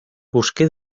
busqué